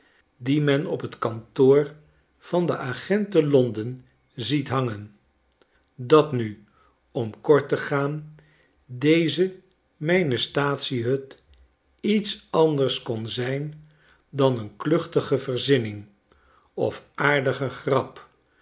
die men op t kantoor van den agent te l o n d e n ziet hangen dat nu om kort te gaan deze mijne staatsie hut iets anders kon zijn dan een kluchtige verzinning of aardige grap